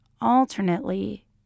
Alternately